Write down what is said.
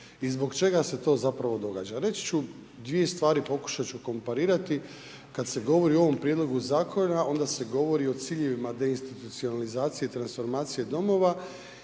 i zbog čega se to zapravo događa? Reći ću dvije stvari, pokušat ću komparirati kad se govori o ovom prijedlogu zakona, onda se govori o ciljevima deinstitucionalizacije i transformacije domova.